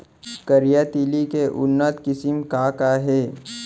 करिया तिलि के उन्नत किसिम का का हे?